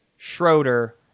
Schroeder